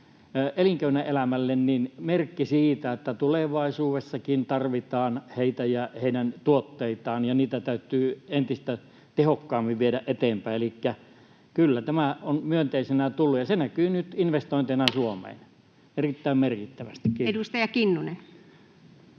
elinkeinoelämälle merkki siitä, että tulevaisuudessakin tarvitaan heitä ja heidän tuotteitaan, ja niitä täytyy entistä tehokkaammin viedä eteenpäin. Elikkä kyllä tämä on myönteisenä tullut, ja se näkyy nyt investointeina Suomeen erittäin merkittävästi. — Kiitos. Edustaja Kinnunen.